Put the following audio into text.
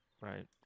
right